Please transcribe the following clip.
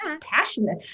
passionate